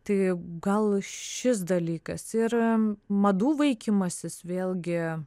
tai gal šis dalykas ir madų vaikymasis vėlgi